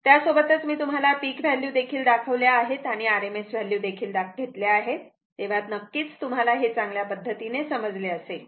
त्यासोबतच मी तुम्हाला पिक व्हॅल्यू देखील दाखवल्या आहेत आणि RMS व्हॅल्यू देखील घेतल्या आहेत तेव्हा हे नक्की तुम्हाला चांगल्या पद्धतीने समजले असेल